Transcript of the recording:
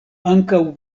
ankaŭ